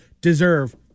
deserve